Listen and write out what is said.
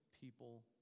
people